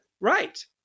Right